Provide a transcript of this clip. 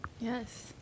Yes